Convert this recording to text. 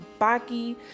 baki